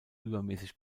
übermäßig